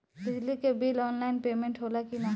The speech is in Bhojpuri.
बिजली के बिल आनलाइन पेमेन्ट होला कि ना?